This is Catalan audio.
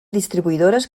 distribuïdores